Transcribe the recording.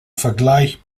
vergleich